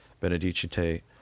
Benedicite